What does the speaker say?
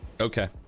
Okay